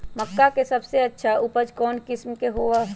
मक्का के सबसे अच्छा उपज कौन किस्म के होअ ह?